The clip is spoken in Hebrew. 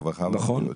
הרווחה והבריאות.